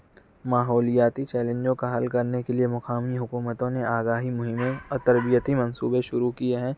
ماحولیاتی چیلنجوں کا حل کرنے کے لیے مقامی حکومتوں نے آگاہی مہمیں اور تربیتی منصوبے شروع کیے ہیں